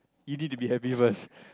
you need to be happy first